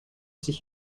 sich